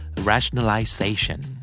Rationalization